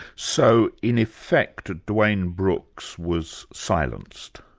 so in effect, dwayne brooks was silenced.